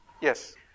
Yes